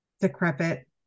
decrepit